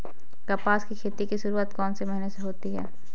कपास की खेती की शुरुआत कौन से महीने से होती है?